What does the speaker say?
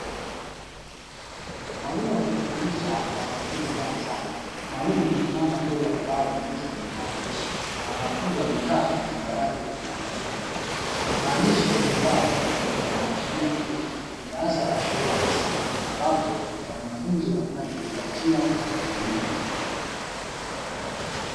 Mwalimu akifundisha wanafunzi darasani, mwalimu amesimama mbele ya ubao mweusi wenye maandishi na wanafunzi wamekaa kwenye madawati wakimuangalia mwalimu. Maandishi kwenye ubao na ukuta yanaashiria kuwa ni darasa la shule ya msingi ambapo wanafunzi wanaenda kujipatia elimu.